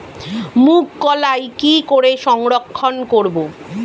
মুঘ কলাই কি করে সংরক্ষণ করব?